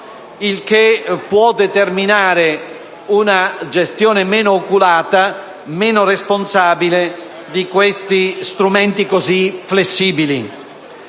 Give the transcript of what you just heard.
Ciò può determinare una gestione meno oculata e meno responsabile di questi strumenti così flessibili.